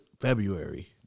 February